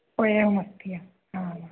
ओ एवमस्ति हा हा